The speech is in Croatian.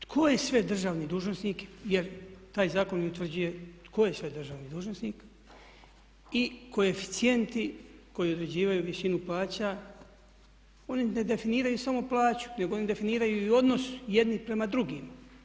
Tko je sve državni dužnosnik jer taj zakon i utvrđuje tko je sve državni dužnosnik i koeficijenti koji određivanju visinu plaća, oni ne definiraju samo plaću nego oni definiraju odnos jednih prema drugim.